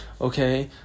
okay